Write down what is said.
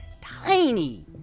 tiny